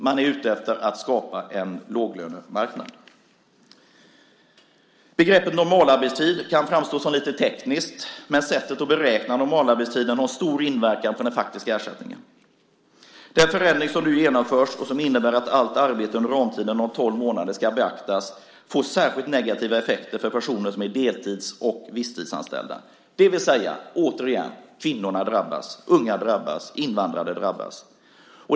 Man är ute efter att skapa en låglönemarknad. Begreppet normalarbetstid kan framstå som lite tekniskt. Men sättet att beräkna normalarbetstiden har stor inverkan på den faktiska ersättningen. Den förändring som nu genomförs, och som innebär att allt arbete under ramtidens tolv månader ska beaktas, får särskilt negativa effekter för personer som är deltids och visstidsanställda, det vill säga att återigen drabbas kvinnor, unga och invandrare.